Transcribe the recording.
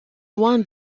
loin